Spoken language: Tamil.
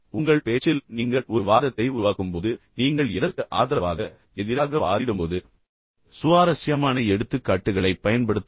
உங்கள் பேச்சில் நீங்கள் ஒரு வாதத்தை உருவாக்கும்போது நீங்கள் எதற்கு ஆதரவாக எதிராக வாதிடும்போது சுவாரஸ்யமான எடுத்துக்காட்டுகளைப் பயன்படுத்தவும்